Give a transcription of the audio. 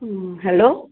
ও hello